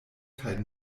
kaj